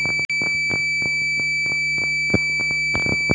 एक बिघा खेत में केतना डी.ए.पी खाद पड़तै?